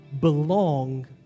belong